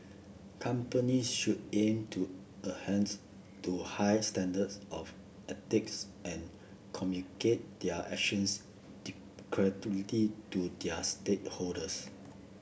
companies should aim to a hands to high standards of ethics and communicate their actions to their stakeholders